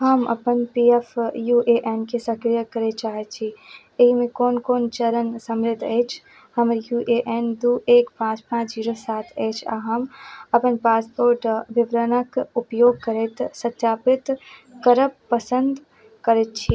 हम अपन P F U A N के सक्रिय करय चाहय छी एहिमे कोन कोन चरण समृद्ध अछि हमर यू ए एन दू एक पाँच पाँच जीरो सात अछि आओर हम अपन पासपोर्ट विवरणक उपयोग करैत सत्यापित करब पसन्द करैत छी